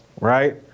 right